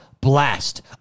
blast